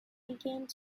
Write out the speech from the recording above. regained